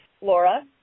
Laura